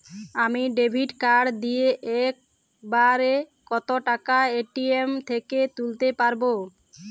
আমি debit card দিয়ে এক বারে কত টাকা এ.টি.এম থেকে তুলতে পারবো?